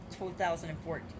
2014